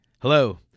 Hello